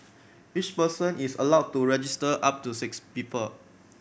each person is allowed to register up to six people